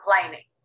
complaining